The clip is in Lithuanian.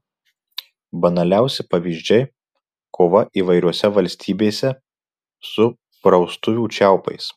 banaliausi pavyzdžiai kova įvairiose valstybėse su praustuvių čiaupais